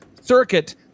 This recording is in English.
Circuit